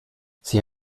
sie